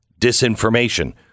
disinformation